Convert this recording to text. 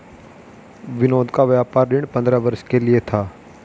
विनोद का व्यापार ऋण पंद्रह वर्ष के लिए था